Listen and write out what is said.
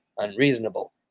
Unreasonable